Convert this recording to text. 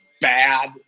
bad